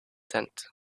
tent